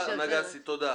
נגסי, תודה.